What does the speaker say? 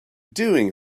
doing